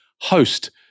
host